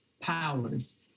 Powers